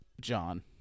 John